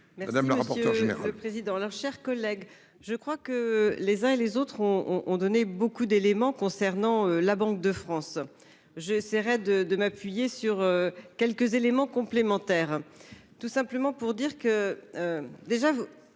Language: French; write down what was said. Mme la rapporteure générale